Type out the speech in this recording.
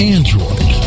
Android